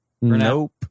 Nope